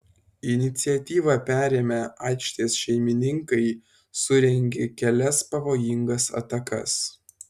iniciatyvą perėmę aikštės šeimininkai surengė kelias pavojingas atakas